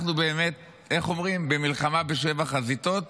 אנחנו באמת, איך אומרים, במלחמה בשבע חזיתות?